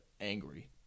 angry